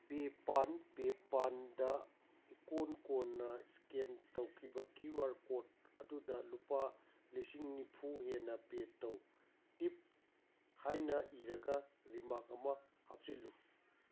ꯄꯦꯄꯥꯟ ꯄꯦꯄꯥꯜꯗ ꯏꯀꯣꯟ ꯀꯣꯟꯅ ꯏꯁꯀꯦꯟ ꯇꯧꯈꯤꯕ ꯀ꯭ꯋꯨ ꯑꯥꯔ ꯀꯣꯠ ꯑꯗꯨꯗ ꯂꯨꯄꯥ ꯂꯤꯁꯤꯡ ꯅꯤꯐꯨ ꯍꯦꯟꯅ ꯄꯦ ꯇꯧ ꯇꯤꯞ ꯍꯥꯏꯅ ꯏꯔꯒ ꯔꯦꯃꯥꯔꯛ ꯑꯃ ꯍꯥꯞꯆꯤꯜꯂꯨ